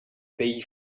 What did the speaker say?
pays